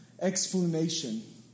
explanation